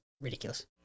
ridiculous